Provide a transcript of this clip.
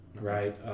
right